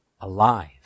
Alive